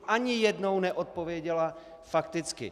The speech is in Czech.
Ani jednou neodpověděla fakticky.